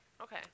Okay